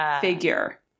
figure